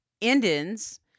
Indians